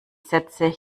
sätze